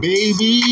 Baby